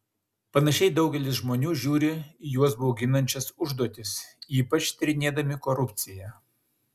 panašiai daugelis žmonių žiūri į juos bauginančias užduotis ypač tyrinėdami korupciją